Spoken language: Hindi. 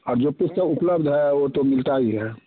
और जो पुस्तक उपलब्ध है वो तो मिलता ही है